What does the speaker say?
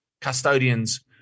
custodians